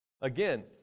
Again